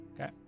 Okay